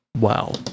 wow